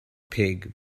pig